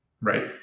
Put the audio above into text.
right